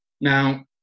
Now